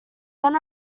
then